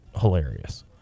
hilarious